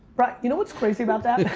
right, you know what's crazy about that?